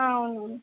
అవును